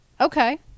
Okay